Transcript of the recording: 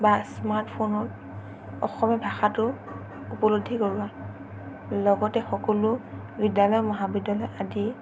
বা স্মাৰ্ট ফোনৰ অসমীয়া ভাষাটো উপলব্ধি কৰোঁৱা লগতে সকলো বিদ্যালয় মহাবিদ্যালয় আদি